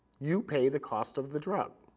you pay the cost of the drug.